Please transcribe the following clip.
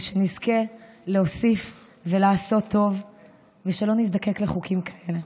ושנזכה להוסיף ולעשות טוב ושלא נזדקק לחוקים כאלה.